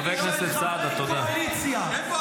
חבר הכנסת סעדה, תודה.